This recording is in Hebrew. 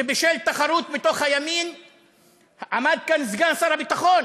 שבשל תחרות בתוך הימין עמד כאן סגן שר הביטחון,